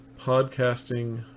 podcasting